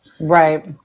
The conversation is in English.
Right